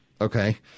Okay